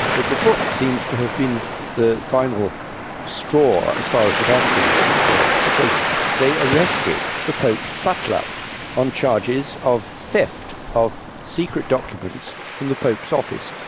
but the book seems to have been the final straw as far as the vatican was concerned because they arrested the pope's butler on charges of theft of secret documents from the pope's office.